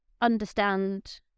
understand